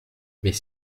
mais